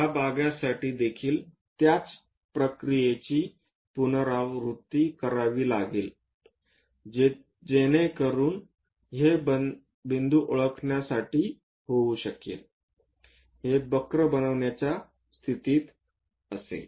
या भागासाठी देखील त्याच प्रक्रियेची पुनरावृत्ती करावी लागेल जेणेकरून हे बिंदू ओळखण्यासाठी होऊ शकेल हे वक्र बनविण्याच्या स्थितीत असेल